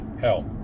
Hell